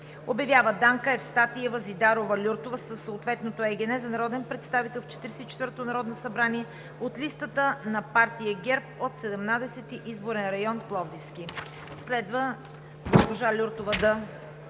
Обявява Данка Евстатиева Зидарова-Люртова с ЕГН (…) за народен представител в 44-то Народно събрание от листата на партия ГЕРБ от Седемнадесети изборен район – Пловдивски.“ Следва госпожа Люртова да